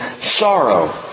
sorrow